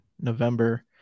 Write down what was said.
November